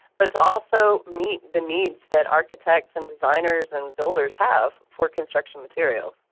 but to also meet the needs that architects and designers and builders have for construction materials.